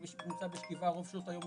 הוא נמצא בשכיבה רוב שעות היום,